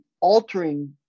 altering